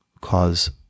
cause